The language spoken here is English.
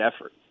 effort